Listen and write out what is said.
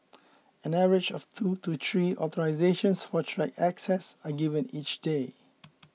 an average of two to three authorisations for track access are given each day